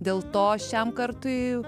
dėl to šiam kartui